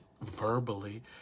verbally